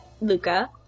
Luca